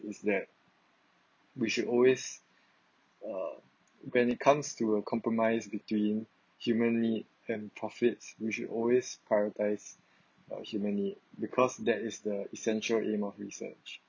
is that we should always uh when it comes to a compromise between human need and profits we should always prioritize uh human need because that is the essential aim of research